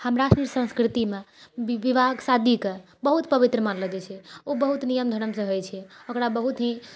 हमरासुनी संस्कृतिमे विवाह शादीके बहुत पवित्र मानलो जाइत छै ओ बहुत नियम धरमसँ होइत छै ओकरा बहुत ही